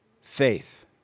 faith